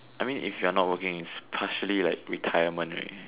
I mean if you are not working it's partially like retirement already